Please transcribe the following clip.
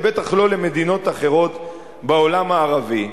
ובטח לא למדינות אחרות בעולם הערבי.